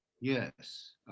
yes